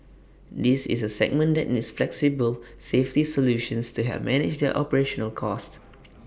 this is A segment that needs flexible safety solutions to help manage their operational costs